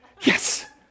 Yes